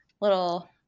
little